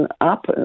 up